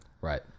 Right